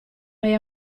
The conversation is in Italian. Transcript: hai